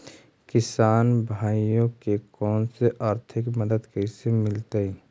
किसान भाइयोके कोन से आर्थिक मदत कैसे मीलतय?